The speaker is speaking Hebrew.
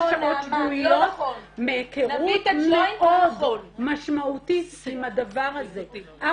שעות שבועיות מהיכרות מאוד משמעותית עם הדבר הזה.